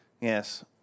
Yes